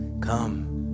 come